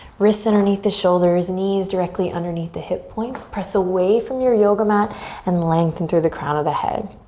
wrists underneath the shoulders, knees directly underneath the hip points, press away from your yoga mat and lengthen through the crown of the head.